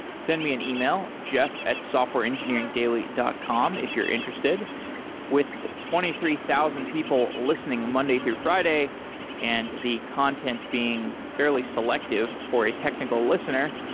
send me an e-mail jeff at softwareengineeringdaily dot com if you're interested with twenty three thousand people listening monday through friday and the content being fairly selective for a technical listener,